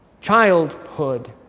childhood